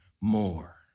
more